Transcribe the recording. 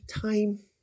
time